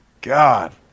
God